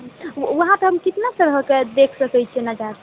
वहाँपे हम कितना तरहके देखि सकै छिऐ नजारा